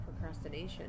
procrastination